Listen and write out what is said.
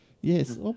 Yes